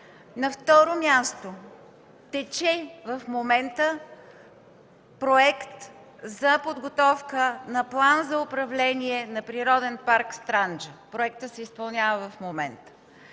На второ място, в момента тече Проект за подготовка на план за управление на Природен парк „Странджа”. Проектът се изпълнява в момента.